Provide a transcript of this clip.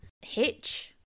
Hitch